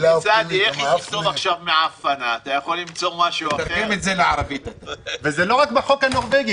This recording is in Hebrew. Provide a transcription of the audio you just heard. זה לא רק בחוק הנורווגי,